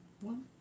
one